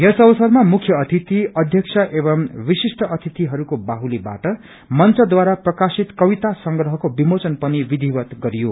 यस अवसरमा मुख्य अतिथि अयक्ष एव विशिष् अतिथिहरूको बाहुलीबाट मंचद्वार प्रकाशित कविता संग्रहको विमोचन पनि विधिवत गरियो